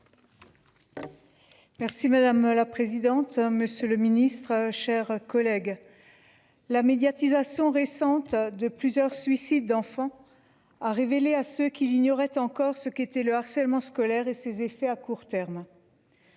Merci madame la présidente. Monsieur le Ministre, chers collègues. La médiatisation récente de plusieurs suicides d'enfants a révélé à ceux qui l'ignoraient encore ce qu'était le harcèlement scolaire et ses effets à court terme.